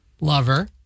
lover